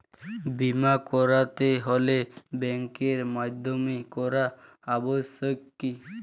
বিমা করাতে হলে ব্যাঙ্কের মাধ্যমে করা আবশ্যিক কি?